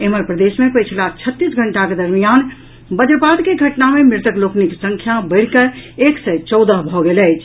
एम्हर प्रदेश मे पछिला छत्तीस घंटाक दरमियान वज्रपात के घटना मे मृतक लोकनिक संख्या बढ़ि कऽ एक सय चौदह भऽ गेल अछि